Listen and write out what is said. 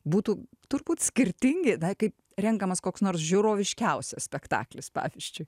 būtų turbūt skirtingi kaip renkamas koks nors žiūroviškiausias spektaklis pavyzdžiui